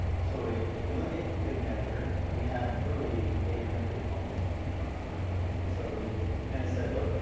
so if if you look at config manager we had literally eight hundred policies across our environment. and so we we kind of said look,